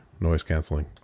noise-canceling